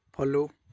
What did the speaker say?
follow